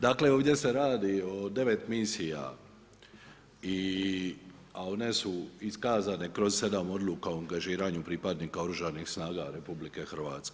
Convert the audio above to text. Dakle, ovdje se radi o 9 misija i, a one su iskazane kroz 7 odluka o angažiranju pripadnika oružanih snaga RH.